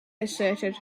asserted